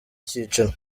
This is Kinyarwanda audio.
cyiciro